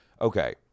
okay